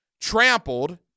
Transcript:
trampled